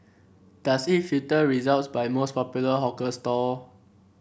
does it filter results by most popular hawker stall